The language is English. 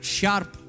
sharp